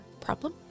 problem